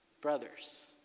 brothers